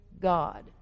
God